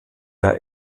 der